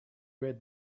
great